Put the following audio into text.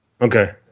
Okay